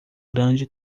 grande